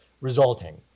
resulting